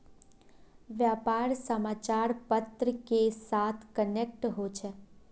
व्यापार समाचार पत्र के साथ कनेक्ट होचे?